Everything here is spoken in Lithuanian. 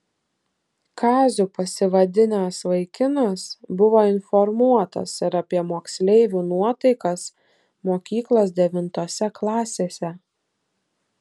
kaziu pasivadinęs vaikinas buvo informuotas ir apie moksleivių nuotaikas mokyklos devintose klasėse